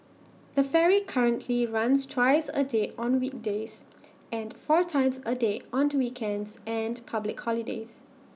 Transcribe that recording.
the ferry currently runs twice A day on weekdays and four times A day on to weekends and public holidays